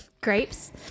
Grapes